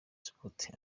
sports